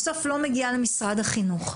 בסוף לא מגיעה למשרד החינוך.